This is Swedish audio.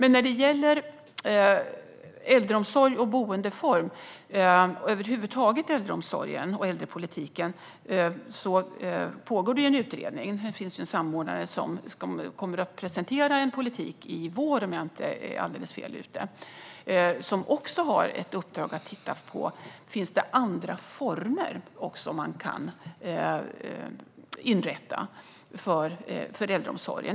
När det gäller äldreomsorgen, boendeformer och äldrepolitiken över huvud taget pågår en utredning. Det finns en samordnare som kommer att presentera en politik i vår, om jag inte är alldeles fel ute, och som har ett uppdrag att titta på om man kan inrätta andra former av äldreomsorg.